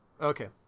Okay